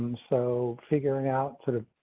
and so, figuring out sort of.